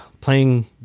playing